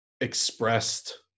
expressed